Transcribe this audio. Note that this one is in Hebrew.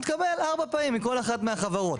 אז בעת אסון תקבל ארבע פעמים מכל אחת מהחברות,